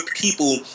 people